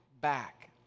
back